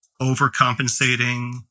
overcompensating